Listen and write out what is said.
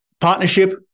partnership